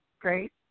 great